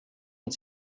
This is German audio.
und